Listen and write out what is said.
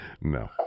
No